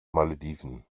malediven